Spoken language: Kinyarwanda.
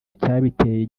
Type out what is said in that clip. icyabiteye